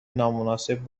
نامناسب